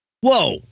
Whoa